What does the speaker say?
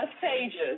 pages